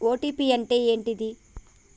OTP అంటే ఏంటిది?